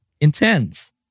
intense